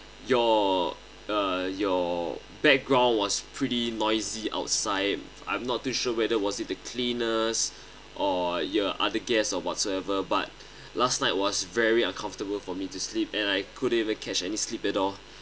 your uh your background was pretty noisy outside I'm not too sure whether was it the cleaners or your other guests or whatsoever but last night was very uncomfortable for me to sleep and I couldn't even catch any sleep at all